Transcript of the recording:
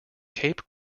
cape